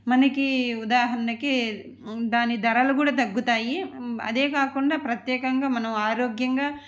మనకి ఉదాహరణకి దాని ధరలు కూడా తగ్గుతాయి అదే కాకుండా ప్రత్యేకంగా మనం ఆరోగ్యంగా